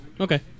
Okay